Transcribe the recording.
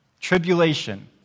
tribulation